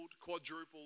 quadrupled